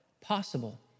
possible